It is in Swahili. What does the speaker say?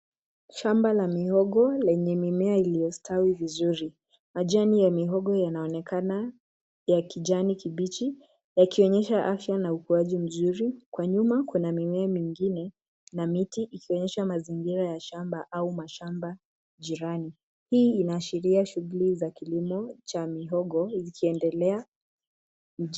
Shamba la mihogo lenye mimea iliyostawi vizuri. Majani ya mihogo yanaonekana ya kijani kibichi yakionyesha afya na ukuaji mzuri. Kwa nyuma kuna mimea mingine na miti ikionyesha mazingira ya shamba au mashamba jirani. Hii inaashiria shughuli za kilimo cha mihogo ikiendelea mjini.